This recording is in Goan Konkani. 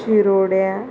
शिरोड्या